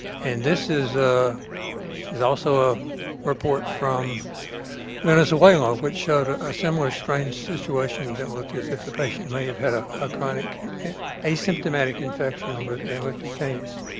and this is a there's also a report from venezuela which showed a a similar strange situation that looked as if the patient may have had a ah chronic asymptomatic infection and with ehrlichia canis.